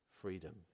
freedom